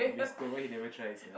wasted why you never try sia